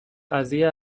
قضیه